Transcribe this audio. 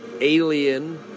alien